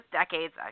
decades